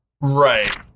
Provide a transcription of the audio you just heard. Right